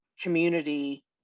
community